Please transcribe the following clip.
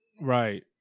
Right